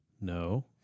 no